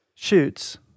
Shoots